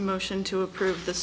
motion to approve the